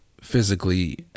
physically